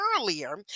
earlier